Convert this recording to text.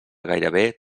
gairebé